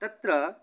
तत्र